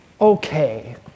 okay